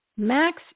Max